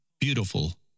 beautiful